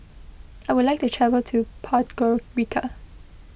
I would like to travel to Podgorica